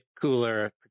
cooler